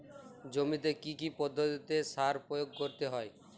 জমিতে কী কী পদ্ধতিতে সার প্রয়োগ করতে হয়?